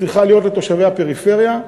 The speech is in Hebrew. צריכה להיות לתושבי הפריפריה.